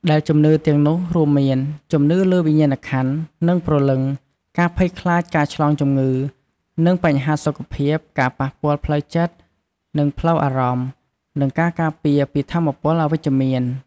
ដែលជំនឿទាំងនោះរួមមាន ជំនឿលើវិញ្ញាណក្ខន្ធ និងព្រលឹង ការភ័យខ្លាចការឆ្លងជំងឺ និងបញ្ហាសុខភាព ការប៉ះពាល់ផ្លូវចិត្ត និងផ្លូវអារម្មណ៍ និងការការពារពីថាមពលអវិជ្ជមាន។